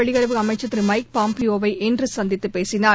வெளியுறவு அமைச்சர் திரு மைக் பாம்பியோவை இன்று சந்தித்து பேசினார்